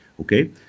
Okay